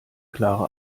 klare